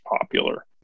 popular